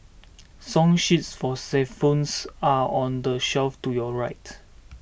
song sheets for xylophones are on the shelf to your right